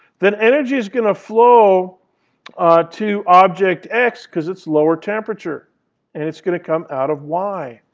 then energy is going to flow to object x because it's lower temperature and it's going to come out of y.